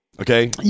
okay